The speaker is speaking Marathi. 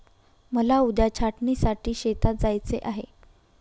मला उद्या छाटणीसाठी शेतात जायचे आहे